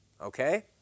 Okay